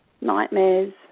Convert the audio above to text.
nightmares